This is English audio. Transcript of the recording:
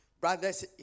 brothers